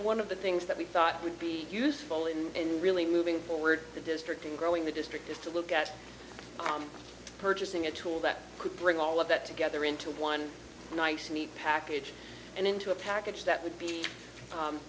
one of the things that we thought would be useful in really moving forward the district and growing the district is to look at purchasing a tool that could bring all of that together into one nice neat package and into a package that would be